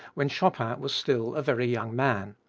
when chopin was still a very young man.